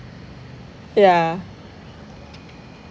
yeah